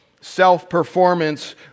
self-performance